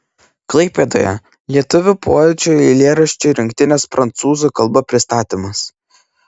klaipėdoje lietuvių poečių eilėraščių rinktinės prancūzų kalba pristatymas